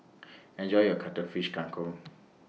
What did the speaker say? Enjoy your Cuttlefish Kang Kong